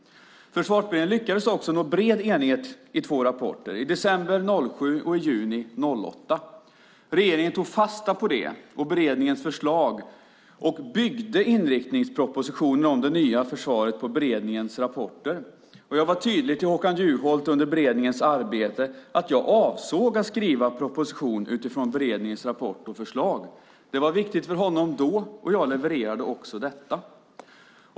Försvarsberedningen lyckades också nå bred enighet i två rapporter, i december 2007 och juni 2008. Regeringen tog fasta på det och beredningens förslag och byggde inriktningspropositionen om det nya försvaret på beredningens rapporter. Jag var tydlig till Håkan Juholt under beredningens arbete med att jag avsåg att skriva en proposition utifrån beredningens rapport och förslag. Det var viktigt för honom då, och jag levererade också detta.